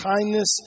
kindness